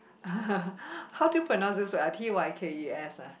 how do you pronounce this ah T Y K E S ah